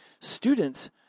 students